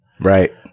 right